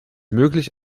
möglich